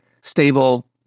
stable